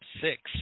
six